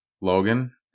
Logan